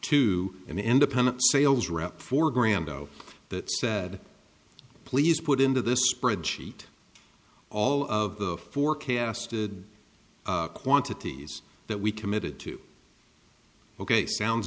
to an independent sales rep for grand oh that said please put into this spreadsheet all of the forecasted quantities that we committed to ok sounds